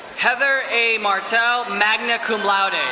heather a. martell, magna cum laude. and